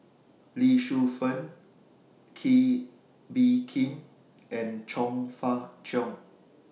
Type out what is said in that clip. Lee Shu Fen Kee Bee Khim and Chong Fah Cheong